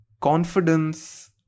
Confidence